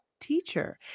teacher